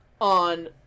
on